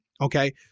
okay